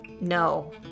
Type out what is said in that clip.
no